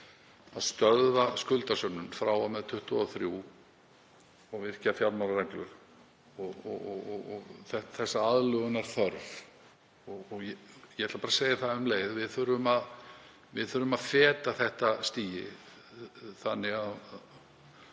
að stöðva skuldasöfnun frá og með 2023 og virkja fjármálareglu og þessa aðlögunarþörf. Ég ætla bara að segja það um leið að við þurfum að feta þetta stigi þannig að